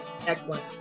Excellent